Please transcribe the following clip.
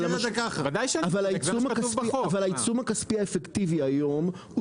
אבל העיצום הכספי האפקטיבי היום,